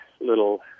little